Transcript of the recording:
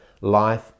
Life